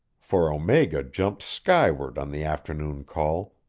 for omega jumped skyward on the afternoon call,